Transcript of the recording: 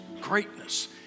greatness